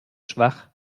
schwach